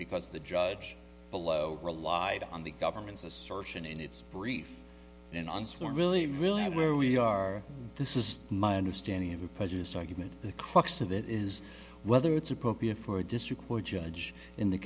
because the judge below relied on the government's assertion in its brief an unsworn really really where we are this is my understanding of the prejudice argument the crux of it is whether it's appropriate for a district court judge in the